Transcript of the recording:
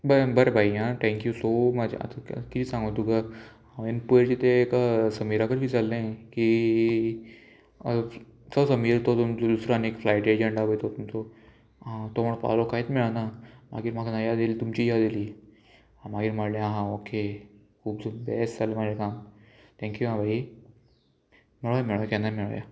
बरें बरें भाई आ थँक्यू सो मच आतां किदें सांगू तुका हांवेन पयशे तें एका समीराकच विच्चाल्लें की तो समीर तो तुमी दुसरान एक फ्लायट एजंटा पय तो तुमचो आ तो म्हण पावलो कांयत मेळना मागीर म्हाका ना याद येयली तुमची याद येयली मागीर म्हळ्ळें आं ओके खूब बेस्ट जालें म्हाजें काम थँक्यू आं भाई मेळो मेळो केन्नाय मेळोया